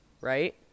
right